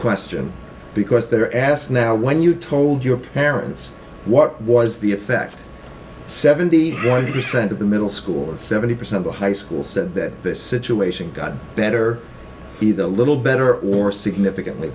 question because they're asked now when you told your parents what was the effect seventy one percent of the middle school and seventy percent of high school said that this situation got better either a little better or significantly